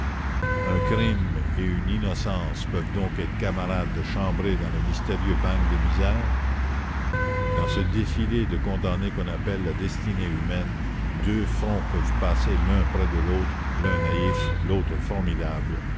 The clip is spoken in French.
un crime et une innocence peuvent donc être camarades de chambrée dans le mystérieux bagne des misères dans ce défilé de condamnés qu'on appelle la destinée humaine deux fronts peuvent passer l'un près de l'autre l'un naïf l'autre formidable